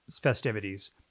festivities